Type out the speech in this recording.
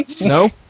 no